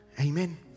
Amen